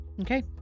Okay